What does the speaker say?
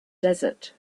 desert